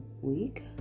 week